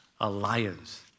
alliance